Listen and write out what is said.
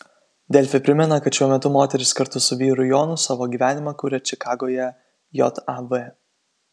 delfi primena kad šiuo metu moteris kartu su vyru jonu savo gyvenimą kuria čikagoje jav